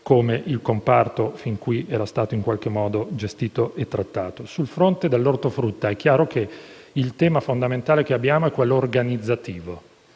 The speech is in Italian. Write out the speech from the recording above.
come il comparto era stato fin qui gestito e trattato. Sul fronte dell'ortofrutta, è chiaro che il tema fondamentale è quello organizzativo.